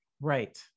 Right